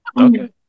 Okay